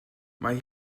mae